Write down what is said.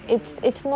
in